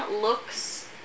looks